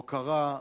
הוקרה,